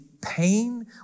pain